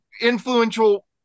influential